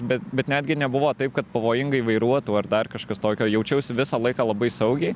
bet bet netgi nebuvo taip kad pavojingai vairuotų ar dar kažkas tokio jaučiausi visą laiką labai saugiai